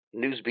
Newsbeat